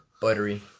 Buttery